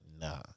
Nah